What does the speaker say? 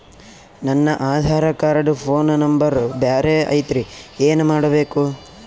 ನನ Aadhaar card phone number ಬ್ಯಾರೆ ಐತ್ರಿ ಏನ ಮಾಡಬೇಕು?